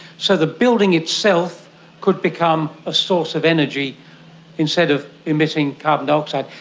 so the building itself could become a source of energy instead of emitting carbon dioxide.